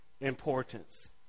importance